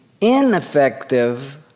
ineffective